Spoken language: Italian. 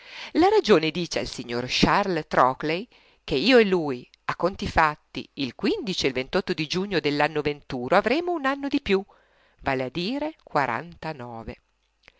la ragione dice al signor charles trockley che io e lui a conti fatti il quindici e il ventotto di giugno dell'anno venturo avremo un anno di più vale a dire quarantanove